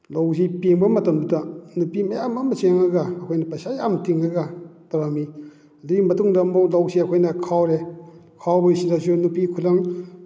ꯂꯧꯁꯤ ꯄꯦꯡꯕ ꯃꯇꯝꯗꯨꯗ ꯅꯨꯄꯤ ꯃꯌꯥꯝ ꯑꯃ ꯆꯪꯉꯒ ꯑꯩꯈꯣꯏꯅ ꯄꯩꯁꯥ ꯌꯥꯝꯅ ꯇꯤꯡꯉꯒ ꯇꯧꯔꯝꯃꯤ ꯑꯗꯨꯒꯤ ꯃꯇꯨꯡꯗ ꯑꯃꯨꯛ ꯂꯧꯁꯤ ꯑꯩꯈꯣꯏꯅ ꯈꯥꯎꯔꯦ ꯈꯥꯎꯕꯁꯤꯗꯁꯨ ꯅꯨꯄꯤ ꯈꯨꯂꯪ